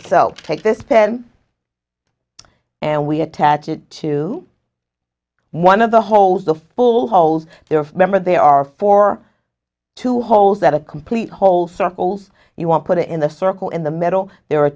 so take this pen and we attach it to one of the holes the full holes member there are four two holes that a complete hole circles you won't put it in the circle in the middle there are